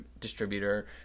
distributor